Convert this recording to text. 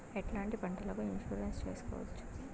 ఎట్లాంటి పంటలకు ఇన్సూరెన్సు చేసుకోవచ్చు?